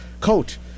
Coach